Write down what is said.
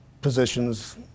positions